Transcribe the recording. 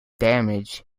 damage